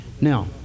Now